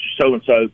So-and-so